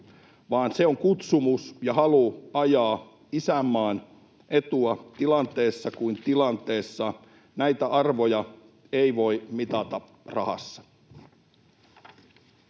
vaan se on kutsumus ja halu ajaa isänmaan etua tilanteessa kuin tilanteessa. Näitä arvoja ei voi mitata rahassa.